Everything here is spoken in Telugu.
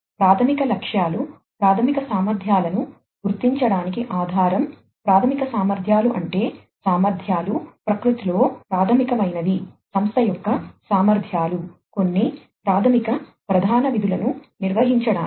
ప్రాథమిక లక్ష్యాలు ప్రాథమిక సామర్థ్యాలను గుర్తించడానికి ఆధారం ప్రాథమిక సామర్థ్యాలు అంటే సామర్థ్యాలు ప్రకృతిలో ప్రాథమికమైనవి సంస్థ యొక్క సామర్ధ్యాలు కొన్ని ప్రాథమిక ప్రధాన విధులను నిర్వహించడానికి